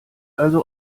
also